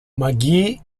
magee